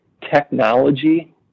technology